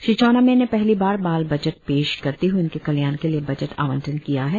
श्री चाउना मैन ने पहली बार बाल बजट पेश करते हए उनके कल्याण के लिए बजट आवंटन किया है